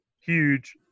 huge